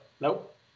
nope